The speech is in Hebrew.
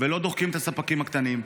ולא דוחקים את הספקים הקטנים.